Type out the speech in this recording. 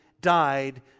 died